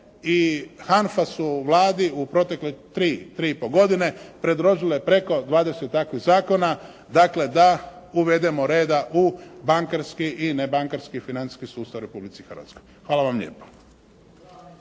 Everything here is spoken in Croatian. i HANFA su u Vladi u protekle tri, tri i pol godine predložile preko 20 takvih zakona, dakle da uvedemo reda u bankarski i nebankarski financijski sustav u Republici Hrvatskoj. Hvala vam lijepa.